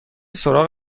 سراغ